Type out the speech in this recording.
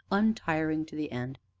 untiring to the end.